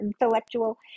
intellectual